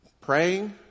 Praying